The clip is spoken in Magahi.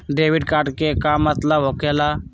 डेबिट कार्ड के का मतलब होकेला?